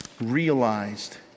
realized